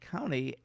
County